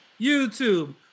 YouTube